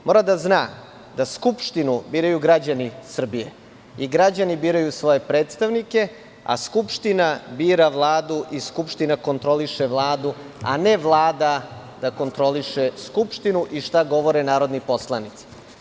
Mora da zna da Skupštinu biraju građani Srbije i građani biraju svoje predstavnike, a Skupština bira Vladu i Skupština kontroliše Vladu, a ne Vlada da kontroliše Skupštinu i šta govore narodni poslanici.